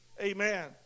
Amen